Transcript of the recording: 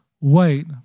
wait